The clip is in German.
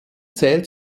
zählt